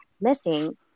missing